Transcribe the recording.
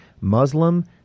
Muslim